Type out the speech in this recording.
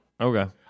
Okay